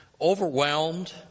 overwhelmed